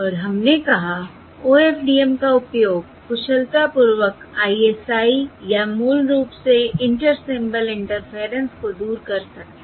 और हमने कहा OFDM का उपयोग कुशलतापूर्वक ISI या मूल रूप से इंटर सिंबल इंटरफेयरेंस को दूर कर सकता है